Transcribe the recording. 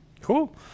Cool